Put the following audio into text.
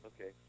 Okay